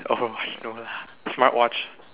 oh no lah smart watch